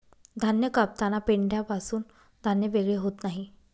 धान्य कापताना पेंढ्यापासून धान्य वेगळे होत नाही